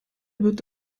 wird